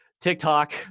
TikTok